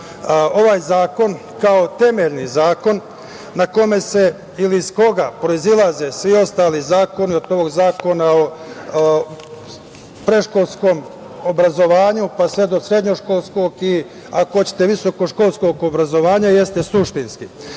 Ovaj zakon, kao temeljni zakon, na kome se ili iz koga proizilaze svi ostali zakona, od Zakona o predškolskom obrazovanju, pa sve do srednjoškolskog, ako hoćete visokoškolskog obrazovanja, jeste suštinski. Ja